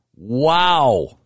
Wow